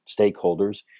stakeholders